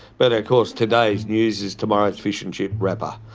but of course today's news is tomorrow's fish and chip wrapper.